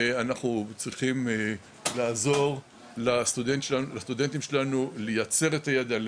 ואנחנו צריכים לעזור לסטודנטים שלנו לייצר את הידע,